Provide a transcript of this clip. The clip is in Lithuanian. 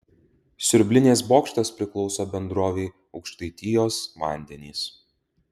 siurblinės bokštas priklauso bendrovei aukštaitijos vandenys